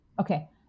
okay